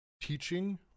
teaching